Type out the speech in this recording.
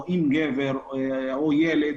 או גבר או ילד,